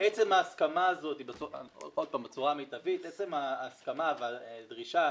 עצם ההסכמה בצורה מיטבית עצם ההסכמה והדרישה